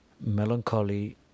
melancholy